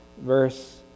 verse